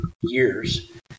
years